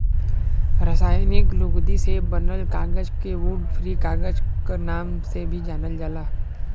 रासायनिक लुगदी से बनल कागज के वुड फ्री कागज क नाम से भी जानल जाला